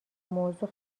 موضوع